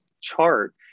chart